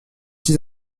six